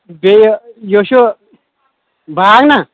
بیٚیہِ یہِ چھُو باغ نا